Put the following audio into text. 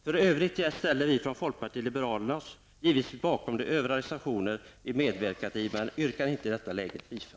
För övrigt ställer vi från folkpartiet liberalerna oss givetvis bakom de övriga reservationer som vi undertecknat, men yrkar inte i detta läge bifall till dem.